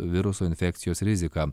viruso infekcijos rizika